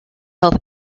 health